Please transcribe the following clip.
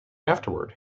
afterwards